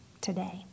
today